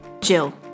Jill